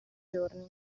giorni